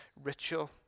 ritual